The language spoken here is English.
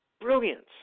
brilliance